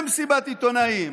במסיבת עיתונאים